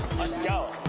let's go.